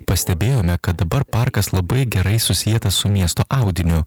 pastebėjome kad dabar parkas labai gerai susietas su miesto audiniu